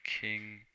King